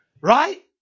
Right